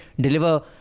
deliver